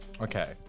okay